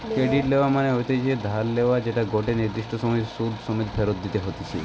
credit লেওয়া মনে হতিছে ধার লেয়া যেটা গটে নির্দিষ্ট সময় সুধ সমেত ফেরত দিতে হতিছে